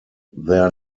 their